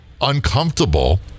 uncomfortable